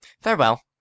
farewell